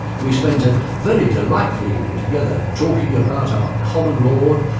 we spent a very delightful evening together talking about our common lord,